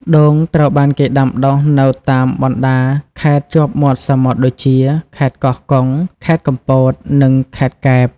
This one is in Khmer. ដូងត្រូវបានគេដាំដុះនៅតាមបណ្តាខេត្តជាប់មាត់សមុទ្រដូចជា ខេត្តកោះកុង ខេត្តកំពត និង ខេត្តកែប។